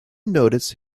notice